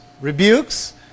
rebukes